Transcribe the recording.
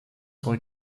sont